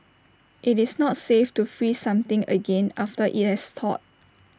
IT is not safe to freeze something again after IT has thawed